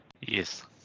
Yes